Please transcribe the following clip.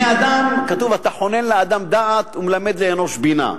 כתוב: "אתה חונן לאדם דעת ומלמד לאנוש בינה",